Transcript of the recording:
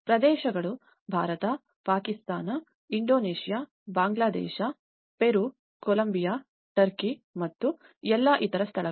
ಪ್ರದೇಶಗಳು Bharat Pakistan Indonesia Bangladesh Peru Colombia Turkey ಮತ್ತು ಎಲ್ಲಾ ಇತರ ಸ್ಥಳಗಳು